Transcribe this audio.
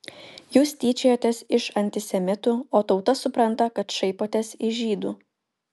jūs tyčiojatės iš antisemitų o tauta supranta kad šaipotės iš žydų